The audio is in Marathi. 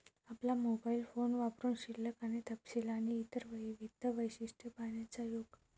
आपला मोबाइल फोन वापरुन शिल्लक आणि तपशील आणि इतर विविध वैशिष्ट्ये पाहण्याचा योग